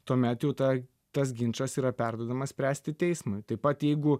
tuomet jau ta tas ginčas yra perduodamas spręsti teismui taip pat jeigu